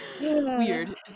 weird